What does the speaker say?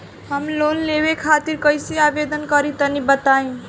हम लोन लेवे खातिर कइसे आवेदन करी तनि बताईं?